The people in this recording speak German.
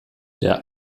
der